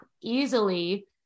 easily